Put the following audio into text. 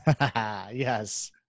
yes